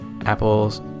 apples